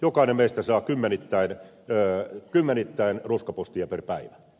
jokainen meistä saa kymmenittäin roskapostia per päivä